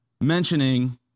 mentioning